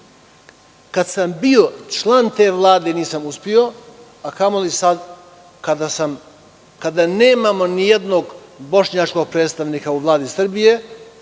kada sam bio član te vlade nisam uspeo, a kamoli sada kada nemamo nijednog bošnjačkog predstavnika u Vladi Srbije.